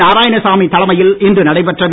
நாராயணசாமி தலைமையில் இன்று நடைபெற்றது